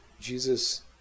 Jesus